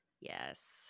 Yes